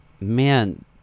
man